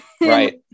right